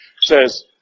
says